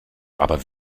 aber